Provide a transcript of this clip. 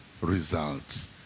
results